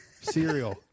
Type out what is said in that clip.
cereal